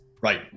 Right